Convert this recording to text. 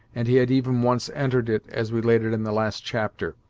and he had even once entered it, as related in the last chapter,